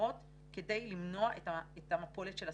גדרות כדי למנוע את המפולת של הסלעים.